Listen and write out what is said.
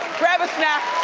grab a snack,